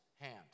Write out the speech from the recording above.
hand